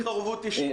ערבות אישית.